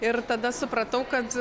ir tada supratau kad